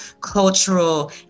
cultural